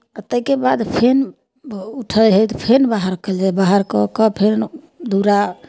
आ ताहिके बाद फेन उठै हइ तऽ फेन बाहर कयल जाइ हइ बाहर कऽ कऽ फेन दुअरा